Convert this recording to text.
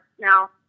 Now